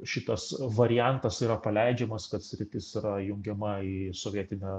šitas variantas yra paleidžiamas kad sritis yra jungiama į sovietinę